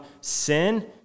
sin